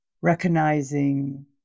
recognizing